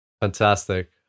Fantastic